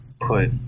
put